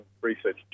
research